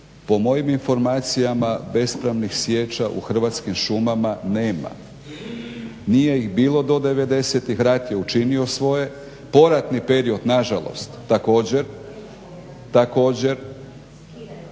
po mojim informacijama bespravnih sječa u Hrvatskim šumama nema. Nije ih bilo do '90.-tih, rat je učinio svoje, poratni period nažalost također. Ono